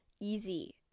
easy